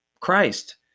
Christ